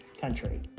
country